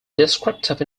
descriptive